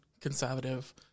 conservative